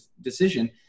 decision